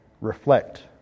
reflect